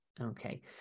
Okay